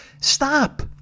Stop